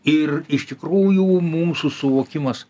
ir iš tikrųjų mūsų suvokimas